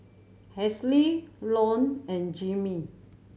Halsey Lone and Jimmy